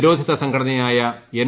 നിരോധിത സംഘടനയായിക് എൻ